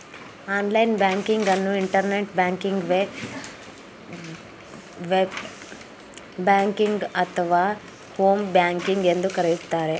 online banking ಅನ್ನು internet ಬ್ಯಾಂಕಿಂಗ್ವೆ, ಬ್ ಬ್ಯಾಂಕಿಂಗ್ ಅಥವಾ ಹೋಮ್ ಬ್ಯಾಂಕಿಂಗ್ ಎಂದು ಕರೆಯುತ್ತಾರೆ